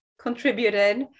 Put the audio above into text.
contributed